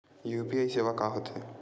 UPI सेवा का होथे?